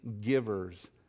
givers